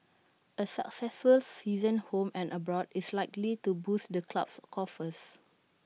A successful season home and abroad is likely to boost the club's coffers